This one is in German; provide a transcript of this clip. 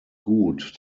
gut